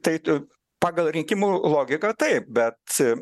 tai pagal rinkimų logiką taip bet